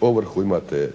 ovrhu, imate